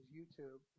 YouTube